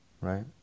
right